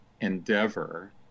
endeavor